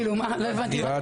כאילו, לא הבנתי.